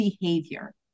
behavior